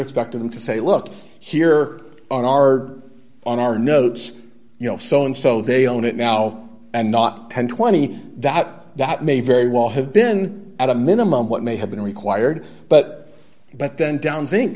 expect them to say look here on our on our notes you know so and so they own it now and not one thousand and twenty that that may very well have been at a minimum what may have been required but but then down thin